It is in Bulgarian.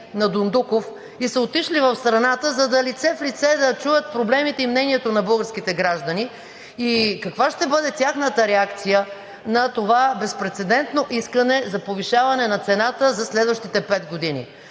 на „Дондуков“ и са отишли в страната, за да чуят лице в лице проблемите и мнението на българските граждани, и каква ще бъде тяхната реакция на това безпрецедентно искане за повишаване на цената за следващите пет години.